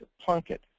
Plunkett